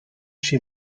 she